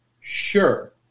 Sure